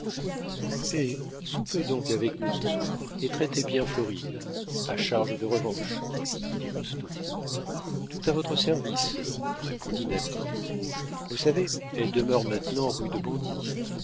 eh soupez donc avec nous ce soir et traitez bien florine à charge de revanche lui dit lousteau tout à votre service répondit nathan vous savez elle demeure maintenant rue de bondy